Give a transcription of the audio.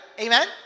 Amen